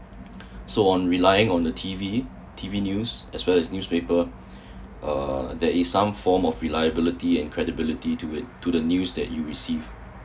so on relying on the T_V T_V news as well as newspaper uh there is some form of reliability and credibility to it to the news that you receive